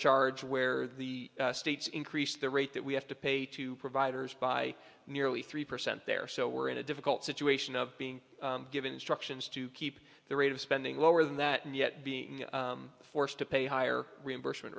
charge where the states increase the rate that we have to pay to providers by nearly three percent there so we're in a difficult situation of being given instructions to keep the rate of spending lower than that and yet being forced to pay higher reimbursement